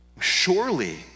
surely